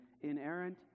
inerrant